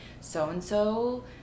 So-and-so